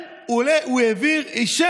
בוא אני אגיד לך